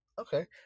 okay